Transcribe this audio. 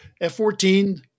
F-14